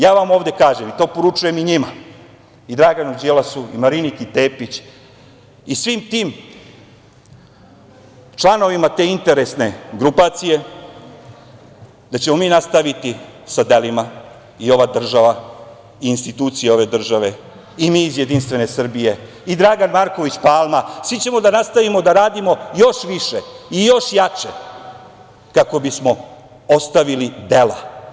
Ja vam ovde kažem, i to poručujem i njima, Draganu Đilasu, Mariniki Tepić i svim tim članovima te interesne grupacije, da ćemo mi nastaviti sa delima, ova država i institucije ove države, i mi iz Jedinstvene Srbije, i Dragan Marković Palma, svi ćemo da nastavimo da radimo još više i još jače, kako bismo ostavili dela.